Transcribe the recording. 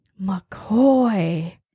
McCoy